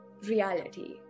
reality